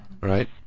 right